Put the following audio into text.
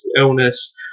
illness